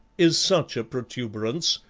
is such a protuberance,